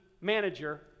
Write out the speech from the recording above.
manager